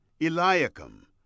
Eliakim